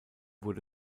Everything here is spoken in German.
wurde